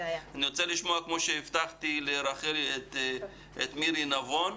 אני רוצה לשמוע כמו שהבטחתי, את מירי נבון,